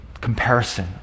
comparison